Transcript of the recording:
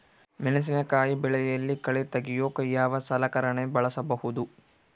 ಮೆಣಸಿನಕಾಯಿ ಬೆಳೆಯಲ್ಲಿ ಕಳೆ ತೆಗಿಯೋಕೆ ಯಾವ ಸಲಕರಣೆ ಬಳಸಬಹುದು?